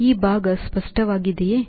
ಈ ಭಾಗ ಸ್ಪಷ್ಟವಾಗಿದೆಯೇ